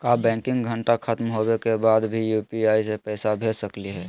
का बैंकिंग घंटा खत्म होवे के बाद भी यू.पी.आई से पैसा भेज सकली हे?